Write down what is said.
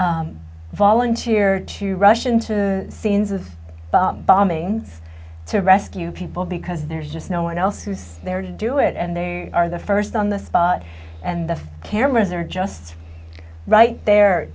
who volunteer to rush into the scenes of bombing to rescue people because there's just no one else who's there to do it and they are the first on the spot and the cameras are just right there